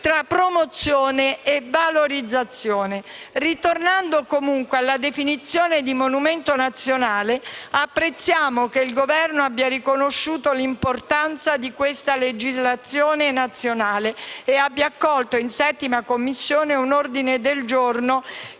tra «promozione» e «valorizzazione». Ritornando alla definizione di «monumento nazionale» apprezziamo che il Governo abbia riconosciuto l'importanza di una legislazione nazionale e abbia accolto in 7a Commissione un ordine del giorno